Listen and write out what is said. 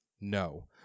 No